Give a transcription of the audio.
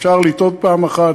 אפשר לטעות פעם אחת.